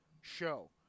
show